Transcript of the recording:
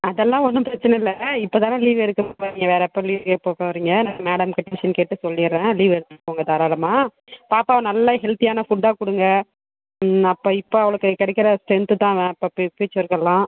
அதெல்லாம் ஒன்றும் பிரச்சின இல்லை இப்போ தானே லீவ் எடுக்க முடியும் வேறு எப்போ லீவ் கேட்க போறீங்க நான் மேடம் கிட்டே பர்மிஸ்ஸன் கேட்டு சொல்லிடறேன் லீவ் எடுத்துக்கோங்க தாராளமாக பாப்பாவை நல்லா ஹெல்த்தியான ஃபுட்டா கொடுங்க அப்போ இப்போ அவளுக்கு கிடைக்கிற ஸ்ட்ரென்த்து தான் ஃபியூச்சர்க்கு எல்லாம்